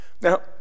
Now